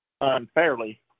unfairly